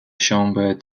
chambre